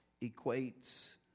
equates